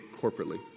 corporately